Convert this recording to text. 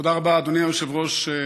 תודה רבה, אדוני היושב-ראש.